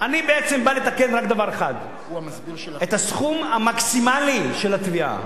אני בעצם בא לתקן רק דבר אחד: את הסכום המקסימלי של התביעה.